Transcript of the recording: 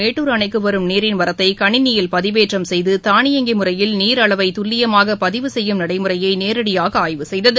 மேட்டூர் அணைக்குவரும் நீரின் வரத்தைகணினியில் பதிவேற்றம் செய்து தானியங்கிமுறையில் நீர் அளவைதுல்லியமாகபதிவு செய்யும் நடைமுறையைநேரடியாகஆய்வு செய்ககு